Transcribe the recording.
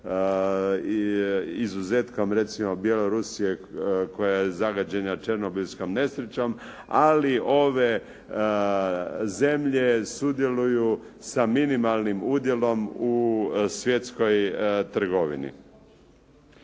izuzetkom recimo Bjelorusije koja je zagađena Černobilskom nesrećom, ali ove zemlje sudjeluju sa minimalnim udjelom u svjetskoj trgovini.